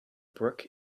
brook